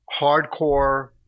hardcore